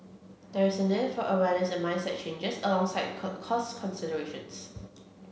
there is a need for awareness and mindset changes alongside cost considerations